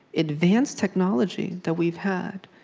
advanced technology that we've had,